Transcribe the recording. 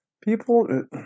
people